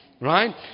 Right